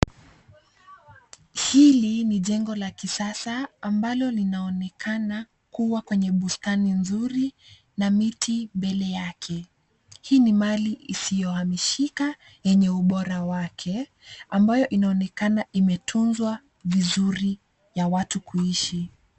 Hili Ni jengo la kisasa ambalo linaonekana kuwa kwenye bustani nzuri na miti mbele yake, hii ni mali hisiohamishika enye ubora yaka mabao inaonekana imetunzwa vizuri ya watu kuishi.